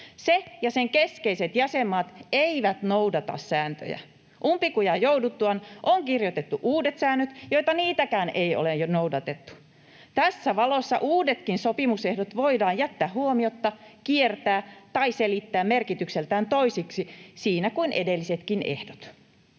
Se ja sen keskeiset jäsenmaat eivät noudata sääntöjä. Umpikujaan jouduttua on kirjoitettu uudet säännöt, joita niitäkään ei ole noudatettu. Tässä valossa uudetkin sopimusehdot voidaan jättää huomiotta, kiertää tai selittää merkitykseltään toisiksi siinä kuin edellisetkin ehdot.